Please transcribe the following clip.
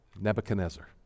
Nebuchadnezzar